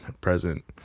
present